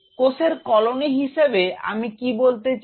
কোষের কলোনি হিসেবে আমি কি বলতে চাই